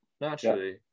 naturally